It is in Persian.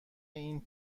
این